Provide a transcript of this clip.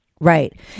Right